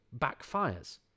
backfires